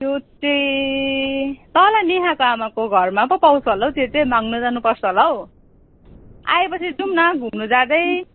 त्यो चाहिँ तल नेहाको आमाको घरमा पो पाउँछ होला हौ त्यो चाहिँ माग्नु जानुपर्छ होला हौ आए पछि जाउँ न घुुम्नु जाँदै